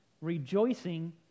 rejoicing